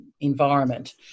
environment